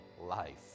life